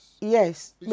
Yes